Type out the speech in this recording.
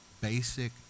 basic